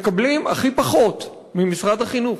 מקבלים הכי פחות ממשרד החינוך.